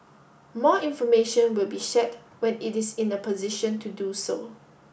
more information will be shared when it is in a position to do so